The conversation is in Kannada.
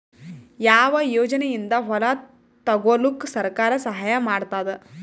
ಯಾವ ಯೋಜನೆಯಿಂದ ಹೊಲ ತೊಗೊಲುಕ ಸರ್ಕಾರ ಸಹಾಯ ಮಾಡತಾದ?